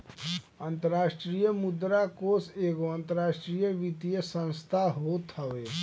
अंतरराष्ट्रीय मुद्रा कोष एगो अंतरराष्ट्रीय वित्तीय संस्थान होत हवे